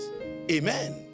amen